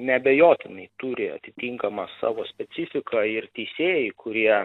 neabejotinai turi atitinkamą savo specifiką ir teisėjai kurie